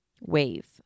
wave